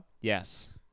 Yes